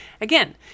again